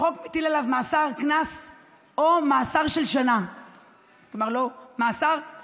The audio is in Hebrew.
החוק מטיל עליו מאסר של שנה או קנס.